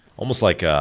almost like ah